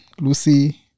Lucy